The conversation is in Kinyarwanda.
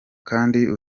kandi